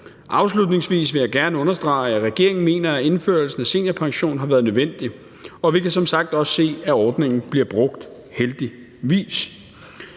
Afslutningsvis vil jeg gerne understrege, at regeringen mener, at indførelsen af seniorpension har været nødvendig, og vi kan som sagt også se, at ordningen bliver brugt – heldigvis.